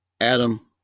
Adam